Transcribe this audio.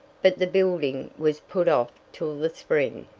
but the building was put off till the spring.